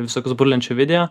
visokius burlenčių video